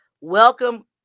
Welcome